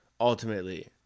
ultimately